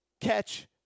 Catch